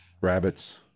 rabbits